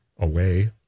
away